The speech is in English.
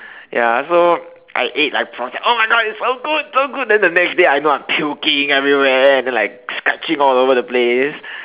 ya so I ate like prawns oh my God it's so good so good then the next day I knew I'm puking everywhere and then like scratching all over the place